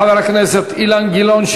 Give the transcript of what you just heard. חבר הכנסת אילן גילאון.